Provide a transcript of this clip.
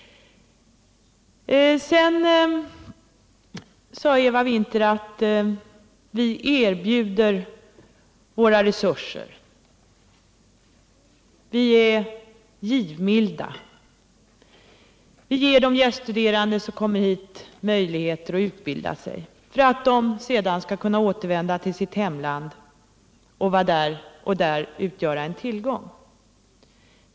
Sedan sade Eva Winther att vi erbjuder våra resurser, att vi är givmilda — vi ger de gäststuderande som kommer hit möjligheter att utbilda sig för att de sedan skall kunna återvända till sitt hemland och där utgöra en tillgång.